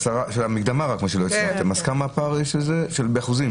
המקדמה, אז כמה הפער באחוזים?